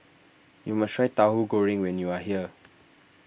you must try Tahu Goreng when you are here